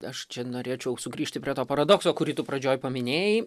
aš čia norėčiau sugrįžti prie to paradokso kurį tu pradžioj paminėjai